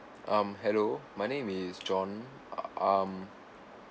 um hello my name is john err um